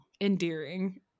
endearing